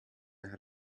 had